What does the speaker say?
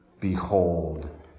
Behold